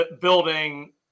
building